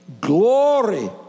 Glory